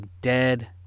dead